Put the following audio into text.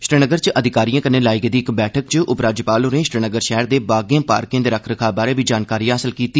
श्रीनगर च अधिकारिएं कन्नै लाई गेदी इक बैठक च उप राज्यपाल होरें श्रीनगर शैहर दे बागें पार्के दे रख रखाव बारै बी जानकारी हासल कीती